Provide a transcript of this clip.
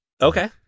Okay